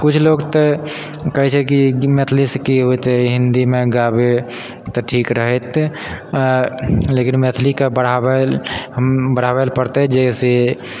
कुछलोग तऽ कहै छै की मैथिलीसँ की होतै हिन्दीमे गाबी तऽ ठीक रहैत लेकिन मैथिलीके बढ़ाबैल बढ़ाबै लए पड़तै जेसे